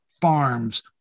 farms